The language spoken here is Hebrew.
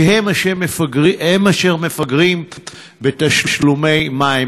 כי הם אשר מפגרים בתשלומי מים.